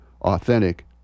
authentic